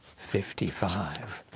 fifty five.